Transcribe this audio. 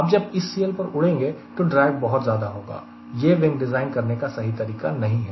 जब आप इस CL पर उड़ेंगे तो ड्रैग बहुत ज्यादा होगा यह विंग डिज़ाइन करने का सही तरीका नहीं है